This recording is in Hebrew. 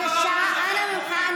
אלה שזרקו אבנים על יהודים.